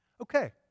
Okay